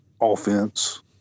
offense